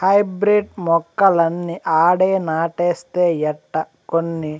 hybrid మొక్కలన్నీ ఆడే నాటేస్తే ఎట్టా, కొన్ని